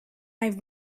have